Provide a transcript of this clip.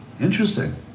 Interesting